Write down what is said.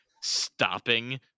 stopping